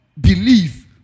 believe